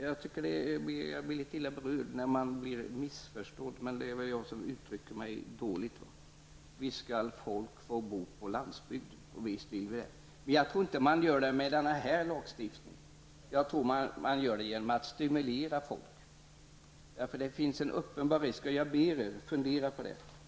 Jag blir litet illa berörd av att bli missförstådd, men det är väl jag som uttrycker mig dåligt. Visst vill vi att folk skall få bo på landsbygden. Men jag tror inte att man åstadkommer det med denna lagstiftning. Jag tror att man åstadkommer det genom att stimulera folk. Och jag ber er att fundera på detta.